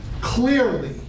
clearly